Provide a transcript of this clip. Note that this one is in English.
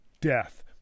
death